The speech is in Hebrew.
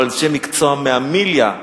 אבל אנשי מקצוע מהמיליה,